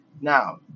Now